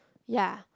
ya